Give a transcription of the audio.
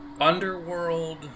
Underworld